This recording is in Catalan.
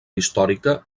històrica